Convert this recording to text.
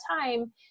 time